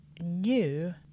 new